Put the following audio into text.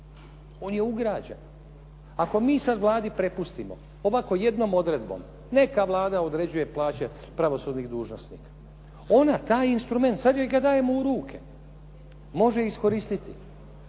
on je ugrađen. Ako mi sad Vladi prepustimo ovakvom jednom odredbom neka Vlada određuje plaće pravosudnih dužnosnika, ona taj instrument, sad joj ga dajemo u ruke, može iskoristiti